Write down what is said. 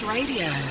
Radio